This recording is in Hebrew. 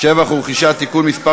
(שבח ורכישה) (תיקון מס'